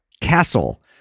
Castle